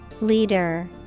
Leader